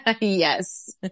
Yes